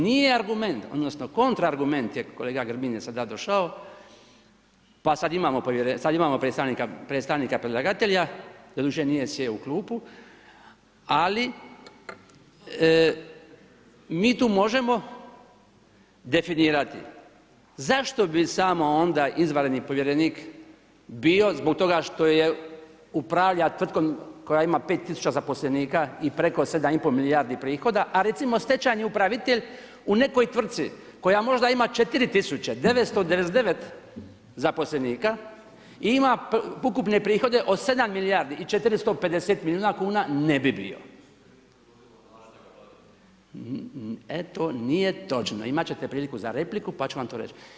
Nije argument, odnosno kontra argument je, kolega Grbin je sada došao pa sad imamo predstavnika predlagatelja, doduše nije sjeo u klupu, ali mi tu možemo definirati zašto bi samo onda izvanredni povjerenik bio, zbog toga što upravlja tvrtkom koja ima 5000 zaposlenika i preko 7 i pol milijardi prihoda, a recimo stečajni upravitelj u nekoj tvrtci koja možda ima 4999 zaposlenika i ima ukupne prihode od 7 milijardi i 450 milijuna kuna ne bi bio. … [[Upadica se ne čuje.]] E to nije točno, imat ćete priliku za repliku pa ću vam to reć.